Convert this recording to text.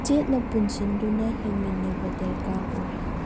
ꯆꯦꯠꯅ ꯄꯨꯟꯁꯤꯟꯗꯨꯅ ꯍꯤꯡꯃꯤꯟꯅꯕ ꯗꯔꯀꯥꯔ ꯑꯣꯏ